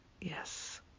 Yes